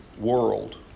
world